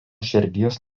širdies